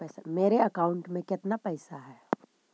मेरे अकाउंट में केतना पैसा है?